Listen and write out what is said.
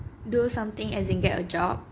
do something as it in get a job